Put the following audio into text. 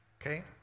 okay